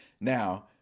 Now